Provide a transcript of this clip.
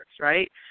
right